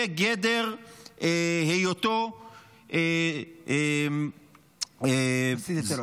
לגדר היותו --- מסית לטרור.